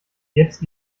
jetzt